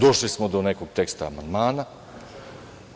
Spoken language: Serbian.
Došli smo do nekog teksta amandmana